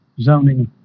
zoning